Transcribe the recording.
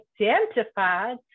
identified